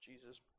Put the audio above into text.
Jesus